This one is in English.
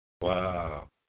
Wow